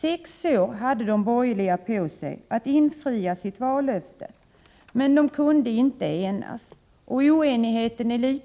Sex år hade de borgerliga på sig att infria sitt vallöfte, men de kunde inte enas, och oenigheten är